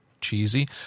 cheesy